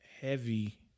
heavy